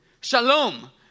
shalom